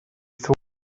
thought